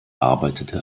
arbeitete